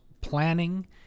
planning